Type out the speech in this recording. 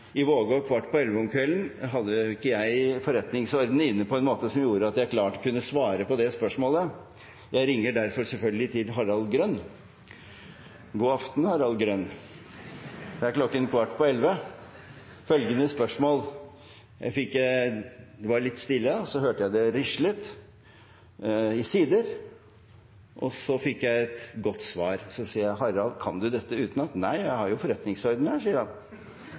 i Vågå kvart på elleve om kvelden, hadde ikke jeg forretningsordenen inne på en måte som gjorde at jeg klart kunne svare på det spørsmålet. Jeg ringer derfor selvfølgelig til Harald Grønn: «God aften, Harald Grønn. Klokken er kvart på elleve. Jeg har følgende spørsmål.» Det var litt stille, så hørte jeg at det rislet i sider, og så fikk jeg et godt svar. Så sier jeg: «Harald, kan du dette utenat?» «Nei, jeg har jo forretningsordenen her», sier